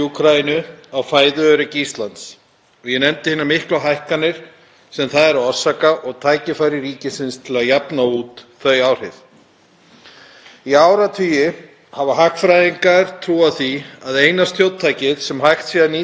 Í áratugi hafa hagfræðingar trúað því að eina stjórntækið sem hægt sé að nýta gegn verðbólgu sé að hækka og lækka vexti, stjórntæki sem tekur oft marga mánuði að virka og enn fleiri til að slaka á.